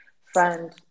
fund